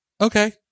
Okay